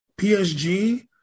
PSG